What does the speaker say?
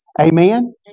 Amen